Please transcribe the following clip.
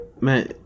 man